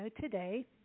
today